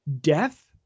death